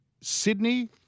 Sydney